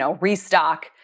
restock